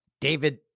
David